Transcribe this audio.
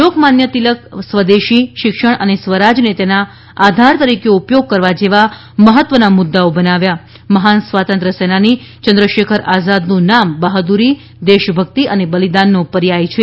લોકમાન્ય ટીળક સ્વદેશી શિક્ષણ અને સ્વરાજને તેના આધાર તરીકે ઉપયોગ કરવા જેવા મહત્વના મુદ્દાઓ બનાવ્યા મહાન સ્વાતંત્ર્ય સેનાની ચંદ્રશેખર આઝાદનું નામ બહાદુરી દેશભક્તિ અને બલિદાનનો પર્યાય છે